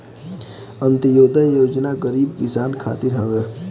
अन्त्योदय योजना गरीब किसान खातिर हवे